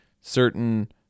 certain